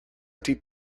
deep